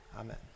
Amen